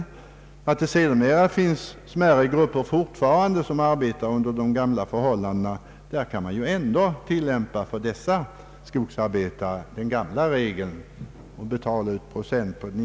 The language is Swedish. För smärre grupper som fortfarande arbetar under gamla förhållanden kan man ändå tillämpa den gamla regeln och betala ut procent på den intjänade inkomsten, eftersom arbetsgivarna över huvud taget inte bryr sig om och kanske inte heller kan kontrollera den tid som vederbörande arbetar i skogen. Det är detta som ligger bakom utskottets hemställan, till vilken jag yrkar bifall.